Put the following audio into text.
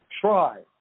try